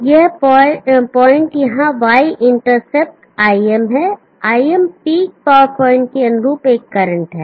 और फिर यह पॉइंट यहां Y इंटरसेप्ट Im है Im पीक पावर प्वाइंट के अनुरूप एक करंट है